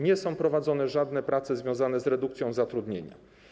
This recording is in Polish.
Nie są prowadzone żadne prace związane z redukcją zatrudnienia.